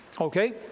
okay